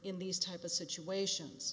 in these type of situations